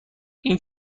این